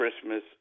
Christmas